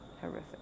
Horrific